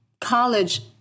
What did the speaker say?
college